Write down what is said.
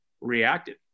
reacted